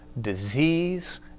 disease